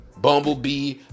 Bumblebee